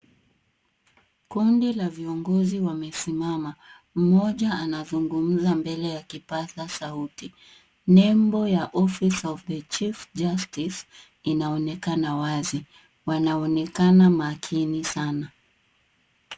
Kundi la viongozi wamesimama. Mmoja anazungumza mbele ya kipasa sauti. Nembo ya Office of the chief justice inaonekana wazi. Wanaonekana makini sana.